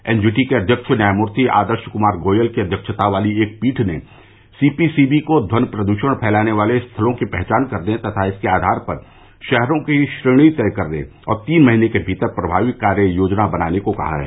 NGT के अध्यक्ष न्यायमूर्ति आदर्श कुमार गोयल की अध्यक्षता वाली एक पीठ ने सीपीसीबी को ध्वनि प्रदूषण फैलाने वाले स्थलों की पहचान करने तथा इसके आधार पर शहरों की श्रेणी तय करने और तीन महीने के भीतर प्रभावी कार्य योजना बनाने को कहा है